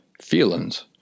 feelings